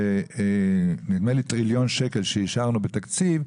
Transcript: נדמה לי טריליון שקל שאישרנו בתקציב,